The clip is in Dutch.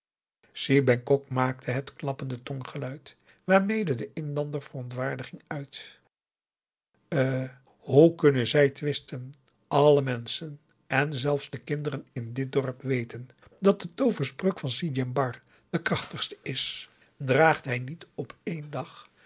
dessa si bengkok maakte het klappende tonggeluid waarmee de inlander verontwaardiging uit eh hoe kunnen zij twisten alle menschen en zelfs de kinderen in dit dorp weten dat de tooverspreuk van si djembar de krachtigste is draagt hij niet op éen dag